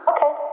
Okay